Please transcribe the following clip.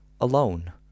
alone